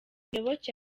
muyoboke